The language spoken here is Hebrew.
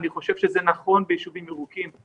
אני חושב שזה נכון ביישובים ירוקים,